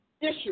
issue